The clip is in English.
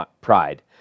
pride